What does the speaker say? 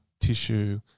tissue